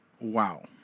wow